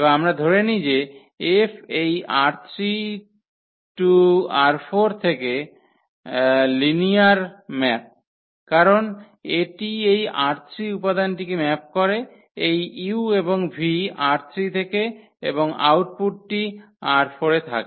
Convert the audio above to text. এবং আমরা ধরে নিই যে F এই ℝ3 → ℝ4 থেকে লিনিয়ার ম্যাপ কারণ এটি এই ℝ3 উপাদানটিকে ম্যাপ করে এই u এবং v ℝ3 থেকে এবং আউটপুটটি ℝ4 এ থাকে